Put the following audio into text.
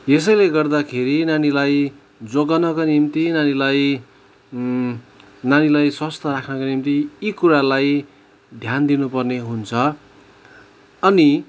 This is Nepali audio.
यसैले गर्दाखेरि नानीलाई जोगाउनको निम्ति नानीलाई नानीलाई स्वस्थ राख्नको निम्ति यी कुरालाई ध्यान दिनुपर्ने हुन्छ अनि